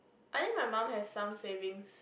I think my mum has some savings